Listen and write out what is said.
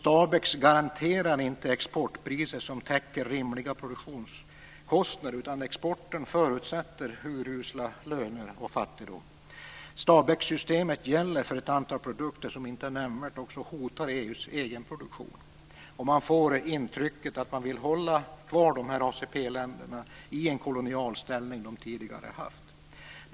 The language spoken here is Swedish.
STABEX garanterar alltså inte exportpriser som täcker rimliga produktionskostnader utan exporten förutsätter urusla löner och fattigdom. STABEX-systemet gäller för ett antal produkter som inte nämnvärt hotar EU:s egen produktion. Man får det intrycket att man vill hålla kvar ACP-länderna i den koloniala ställning de tidigare haft.